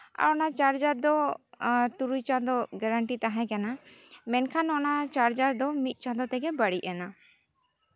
ᱟᱨ ᱚᱱᱟ ᱪᱟᱨᱡᱟᱨ ᱫᱚ ᱛᱩᱨᱩᱭ ᱪᱟᱸᱫᱳ ᱜᱮᱨᱮᱱᱴᱤ ᱛᱟᱦᱮᱸ ᱠᱟᱱᱟ ᱢᱮᱱᱠᱷᱟᱱ ᱚᱱᱟ ᱪᱟᱨᱡᱟᱨ ᱫᱚ ᱢᱤᱫ ᱪᱟᱸᱫᱳ ᱛᱮᱜᱮ ᱵᱟᱹᱲᱤᱡ ᱮᱱᱟ